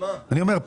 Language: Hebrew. אני אומר,